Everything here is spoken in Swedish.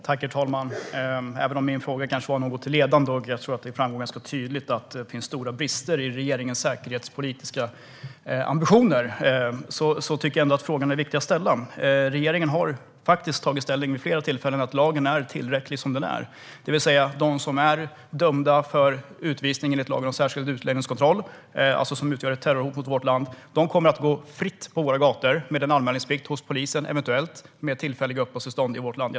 Herr talman! Även om min fråga kanske var något ledande, och jag tror att det framgår ganska tydligt att det finns stora brister i regeringens säkerhetspolitiska ambitioner, tycker jag ändå att frågan är viktig att ställa. Regeringen har vid flera tillfällen tagit ställning och sagt att lagen är tillräcklig som den är, det vill säga att de som är dömda till utvisning enligt lagen om särskild utlänningskontroll, alltså som utgör ett terrorhot mot vårt land, kommer att gå fritt på våra gator, eventuellt med en anmälningsplikt hos polisen, med tillfälliga uppehållstillstånd i vårt land.